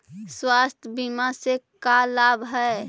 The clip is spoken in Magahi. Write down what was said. स्वास्थ्य बीमा से का लाभ है?